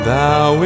Thou